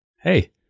Hey